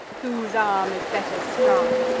whose arm is better strung.